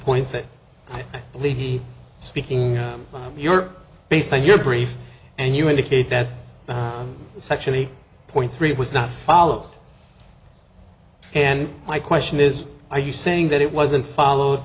points that levy speaking york based on your brief and you indicate that it's actually point three it was not followed and my question is are you saying that it wasn't followed